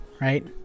Right